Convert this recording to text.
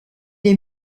est